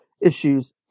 issues